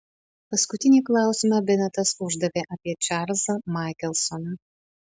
paskutinį klausimą benetas uždavė apie čarlzą maikelsoną